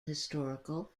historical